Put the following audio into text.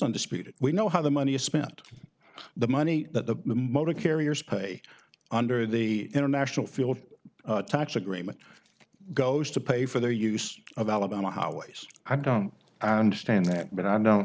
disputed we know how the money is spent the money that the motor carriers pay under the international feel of touch agreement goes to pay for their use of alabama ours i don't understand that but i don't